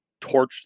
torched